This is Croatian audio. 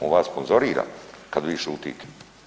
On vas sponzorira kad vi šutite?